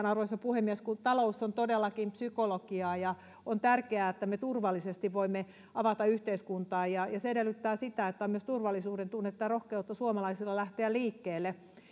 arvoisa puhemies talous on todellakin psykologiaa ja on tärkeää että me voimme avata yhteiskuntaa turvallisesti ja se edellyttää sitä että on myös turvallisuudentunnetta ja rohkeutta suomalaisilla lähteä liikkeelle